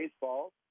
Baseball